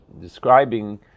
describing